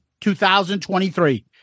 2023